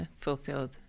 fulfilled